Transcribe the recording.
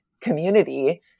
community